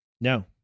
No